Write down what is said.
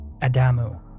Adamu